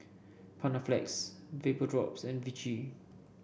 Panaflex Vapodrops and Vichy